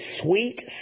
sweet